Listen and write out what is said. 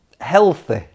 Healthy